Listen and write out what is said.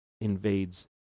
invades